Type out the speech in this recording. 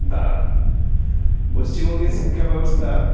দ্বারা পশ্চিমবঙ্গের শিক্ষা ব্যবস্থা